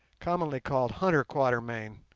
commonly called hunter quatermain,